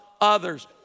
others